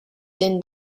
din